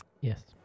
yes